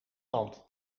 land